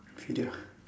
video